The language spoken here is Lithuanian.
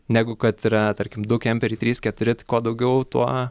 negu kad yra tarkim du kemperiai trys keturi tai kuo daugiau tuo